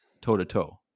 toe-to-toe